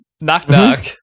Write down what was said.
knock-knock